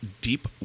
deep